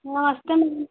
नमस्ते मैम